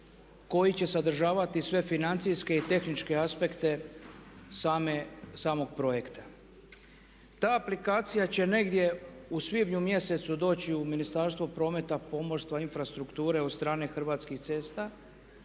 koji će sadržavati sve financijske i tehničke aspekte samog projekta. Ta aplikacija će negdje su svibnju mjesecu doći u Ministarstvo prometa, pomorstva i infrastrukture od strane Hrvatskih cesta.